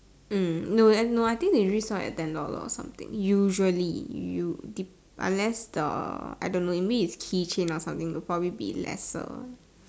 mm no and no I think they resell it at ten dollar or something usually you dep unless the I don't know maybe it's key chain or something will probably be lesser